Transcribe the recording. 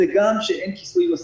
זה גם שאין כיסוי מספיק.